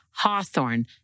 Hawthorne